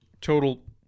total